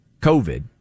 COVID